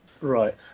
Right